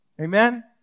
Amen